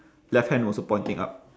left hand also pointing up